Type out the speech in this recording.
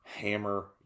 hammer